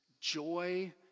joy